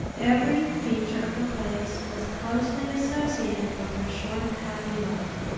every feature of the place was closely associated with her short happy life.